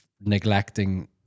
neglecting